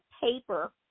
paper